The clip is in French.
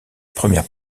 première